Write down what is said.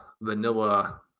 vanilla